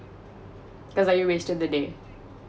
cause like you wasted the day